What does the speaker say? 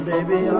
Baby